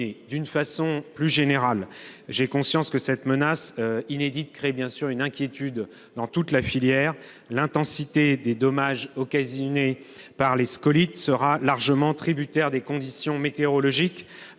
De façon plus générale, j'ai conscience que cette menace inédite crée une inquiétude dans toute la filière. L'intensité des dommages occasionnés par les scolytes sera largement tributaire des conditions météorologiques